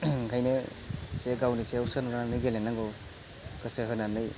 ओंखायनो जे गावनि सायाव सोनारनानै गेलेनांगौ गोसो होनानै